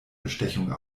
bestechung